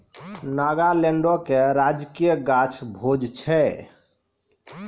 नागालैंडो के राजकीय गाछ भोज छै